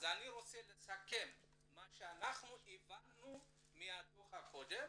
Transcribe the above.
אני רוצה לסכם מה שהבנו מהדו"ח הקודם